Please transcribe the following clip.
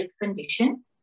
condition